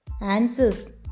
answers